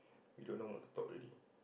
we don't know what to talk already